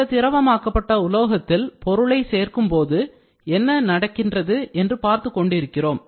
இந்த திரவம் ஆக்கப்பட்ட உலோகத்தில் பொருளை சேர்க்கும்போது என்ன நடக்கிறது என்று பார்த்துக் கொண்டிருக்கிறோம்